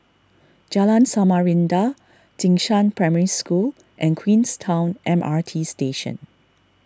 Jalan Samarinda Jing Shan Primary School and Queenstown M R T Station